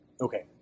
Okay